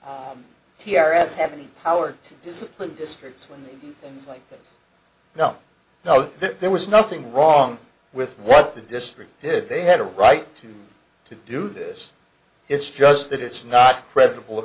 the t r s have any power to discipline districts when they do things like this no no there was nothing wrong with what the district did they had a right to do this it's just that it's not credible